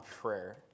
prayer